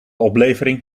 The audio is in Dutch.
oplevering